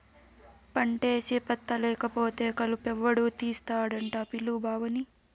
పంటేసి పత్తా లేకపోతే కలుపెవడు తీస్తాడట పిలు బావని